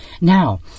Now